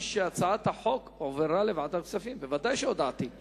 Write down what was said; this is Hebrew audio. ההצעה תועבר להכנתה לקריאה שנייה ושלישית לוועדת הכספים של הכנסת.